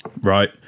Right